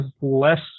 less